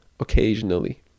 Occasionally